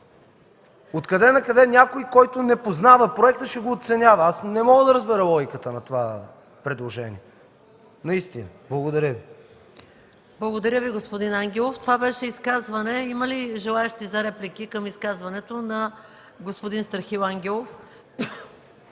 Откъде накъде някой, който не познава проекта, ще го оценява? Не мога да разбера логиката на това предложение, наистина. Благодаря Ви. ПРЕДСЕДАТЕЛ МАЯ МАНОЛОВА: Благодаря Ви, господин Ангелов. Това беше изказване. Има ли желаещи за реплики към изказването на господин Страхил Ангелов?